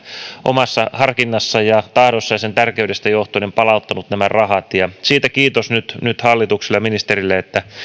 omassa harkinnassaan ja tahdossaan sen tärkeydestä johtuen palauttanut nämä rahat siitä kiitos nyt nyt hallitukselle ja ministerille että